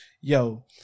yo